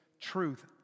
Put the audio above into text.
truth